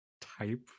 type